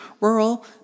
rural